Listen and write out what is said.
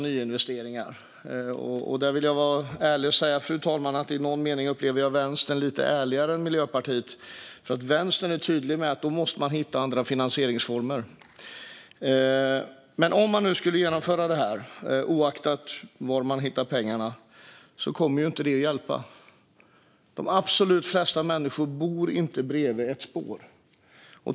Jag ska vara ärlig och säga att jag i någon mening upplever Vänstern som lite ärligare än Miljöpartiet, eftersom Vänstern är tydliga med att man då måste hitta andra finansieringsformer. Men om man skulle genomföra de här nyinvesteringarna, oavsett var man hittar pengarna, kommer det inte att hjälpa. De absolut flesta människorna bor inte bredvid ett spår.